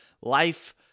life